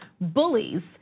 bullies